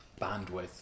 bandwidth